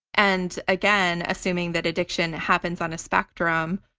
and again, assuming that addiction happens on a spectrum,